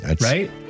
right